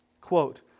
quote